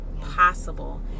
possible